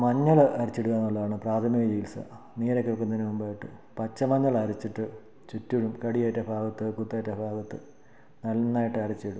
മഞ്ഞൾ അരച്ചിടുക എന്നുള്ളതാണ് പ്രാഥമിക ചികിത്സ നീരൊക്കെ വയ്ക്കുന്നതിന് മുമ്പായിട്ട് പച്ച മഞ്ഞൾ അരച്ചിട്ട് ചുറ്റിലും കടിയേറ്റ ഭാഗത്ത് കുത്തേറ്റ ഭാഗത്ത് നന്നായിട്ട് അരച്ചിടും